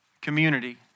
community